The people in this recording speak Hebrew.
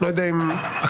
לא יודע אם עקבתם,